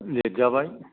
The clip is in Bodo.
लेरजाबाय